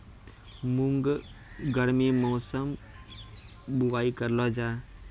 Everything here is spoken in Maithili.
मूंग गर्मी मौसम बुवाई करलो जा?